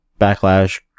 Backlash